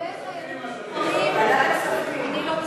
לגבי חיילים משוחררים, אני לא מסתפקת בתשובה הזאת.